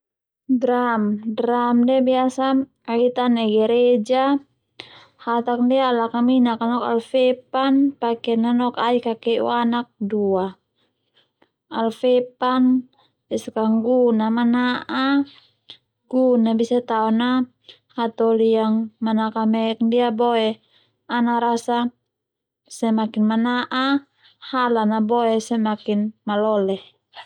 Drum drum ndia biasa au itan nai gereja hatak ndia lakaminak nok ala fepan pake nanok ai kakeu anak dua ala fepan besak ka gun mana'a gun a bisa tao na hatoli yang manakamek ndia boe ana rasa semakin mana'a halan a boe semakin malole.